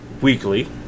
weekly